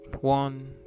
one